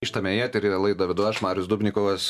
grįžtame į eterį laidą vedu aš marius dubnikovas